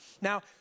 Now